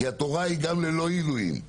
כי התורה היא גם ללא עילויים,